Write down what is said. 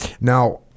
Now